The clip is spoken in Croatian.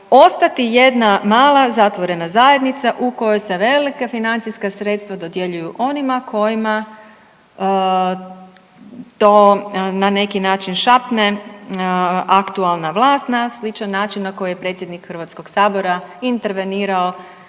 ostati jedna mala zatvorena zajednica u kojoj se velika financijska sredstva dodjeljuju onima kojima to na neki naših šapne aktualna vlast na sličan način na koji je predsjednik Hrvatskog sabora intervenirao